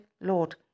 Lord